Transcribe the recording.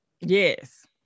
Yes